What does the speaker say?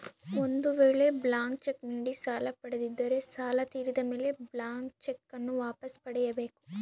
ಒಂದು ವೇಳೆ blank cheque ನೀಡಿ ಸಾಲ ಪಡೆದಿದ್ದರೆ ಸಾಲ ತೀರಿದ ಮೇಲೆ ಬ್ಲಾಂತ್ ಚೆಕ್ ನ್ನು ವಾಪಸ್ ಪಡೆಯ ಬೇಕು